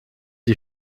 die